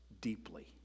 deeply